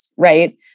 Right